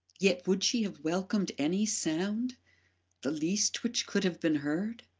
yet would she have welcomed any sound the least which could have been heard?